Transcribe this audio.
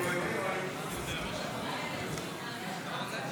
אני קובע שהסתייגות מס' 1 לא התקבלה.